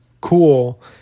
cool